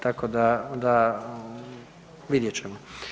Tako da vidjet ćemo.